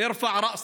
זה אחרי הגזענות,